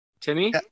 Timmy